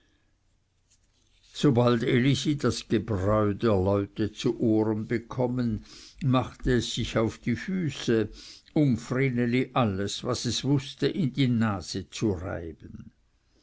sobald elisi das gebräu der leute zu ohren bekommen machte es sich auf die füße um vreneli alles was es wußte in die nase zu reiben